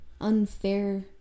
unfair